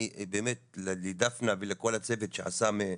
אני אומר באמת לדפנה ולכל הצוות שעשה,